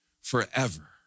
forever